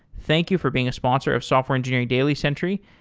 thank you for being a sponsor of software engineering daily, sentry,